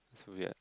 it's weird